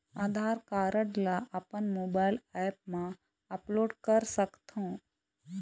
आधार card ला अपन mobile app मा अपलोड कर सकथों?